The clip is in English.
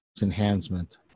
Enhancement